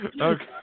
Okay